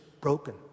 broken